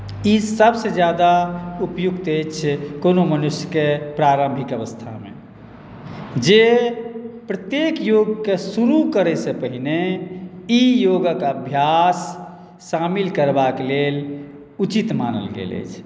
ई सभसँ ज्यादा उपयुक्त अछि कोनो मनुष्यके प्रारम्भिक अवस्थामे जे प्रत्येक योगकेँ शुरू करयसँ पहिने ई योगक अभ्यास शामिल करबाक लेल उचित मानल गेल अछि